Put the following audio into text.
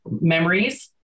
memories